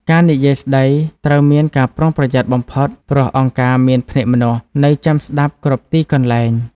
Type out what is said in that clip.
ការនិយាយស្តីត្រូវមានការប្រុងប្រយ័ត្នបំផុត ព្រោះ "អង្គការមានភ្នែកម្នាស់" នៅចាំស្ដាប់គ្រប់ទីកន្លែង។